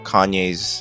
Kanye's